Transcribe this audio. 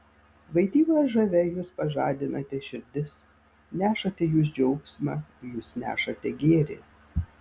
vaidyba žavia jūs pažadinate širdis nešate jūs džiaugsmą jūs nešate gėrį